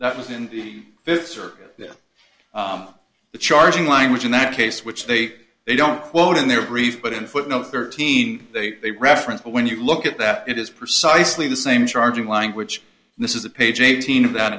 that was in the fifth circuit the charging language in that case which they they don't quote in their brief but in footnote thirteen they reference but when you look at that it is precisely the same charging language this is a page eighteen of that